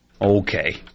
Okay